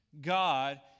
God